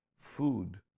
Food